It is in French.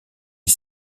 les